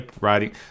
riding